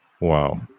wow